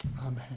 amen